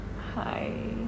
Hi